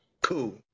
cool